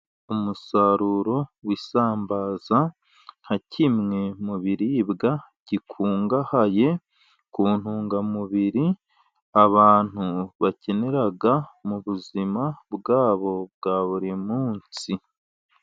Umusaruro w'isambaza, nka kimwe mu biribwa gikungahaye ku ntungamubiri, abantu bakenera mu buzima bwabo bwa buri munsi.